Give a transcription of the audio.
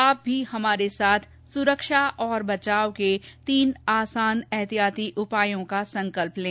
आप भी हमारे साथ सुरक्षा और बचाव के तीन आसान एहतियाती उपायों का संकल्प लें